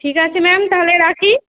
ঠিক আছে ম্যাম তাহলে রাখি